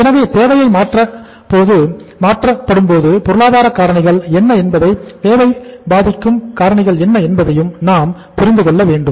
எனவே தேவையை மாற்றப்போகும் பொருளாதார காரணிகள் என்ன என்பதையும் தேவையை பாதிக்கும் காரணிகள் என்ன என்பதையும் நாம் பார்க்கவேண்டும்